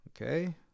Okay